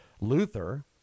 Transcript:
Luther